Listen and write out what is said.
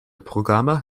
programme